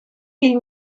fill